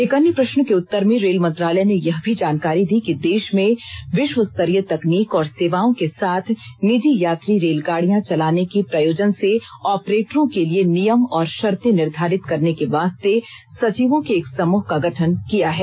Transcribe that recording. एक अन्य प्रष्न के उत्तर में रेल मंत्रालय ने यह भी जानकारी दी कि देश में विश्वस्तरीय तकनीक और सेवाओं के साथ निजी यात्री रेलगाडियां चलाने के प्रयोजन से ऑपरेटरों के लिए नियम और शर्ते निर्धारित करने के वास्ते सचिवों के एक समूह का गठन किया है